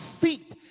feet